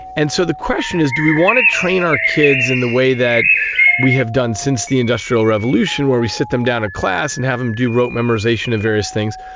and so the question is do we want to train our kids in the way that we have done since the industrial revolution where we sit them down in class and have them do rote memorisation of various things,